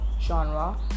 genre